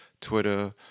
Twitter